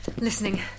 Listening